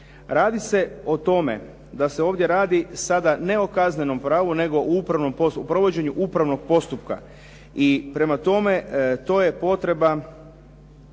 Radi se o tome da se ovdje radi sada ne o kaznenom pravu nego o provođenju upravnog postupka i prema tome to je potreba